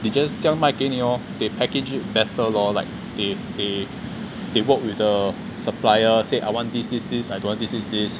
你 just 这样卖给你 lor they package it better lor like they they they work with the supplier say I want this this this I don't want this this this